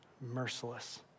merciless